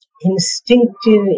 instinctive